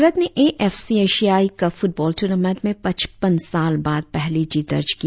भारत ने A F C एशियाई cup football tournament में पच्चपन साल बाद पहली जीत दर्ज की